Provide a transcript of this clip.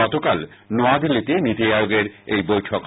গতকাল নয়াদিল্লিতে নীতি আয়োগের এই বৈঠক হয়